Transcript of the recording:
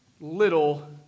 little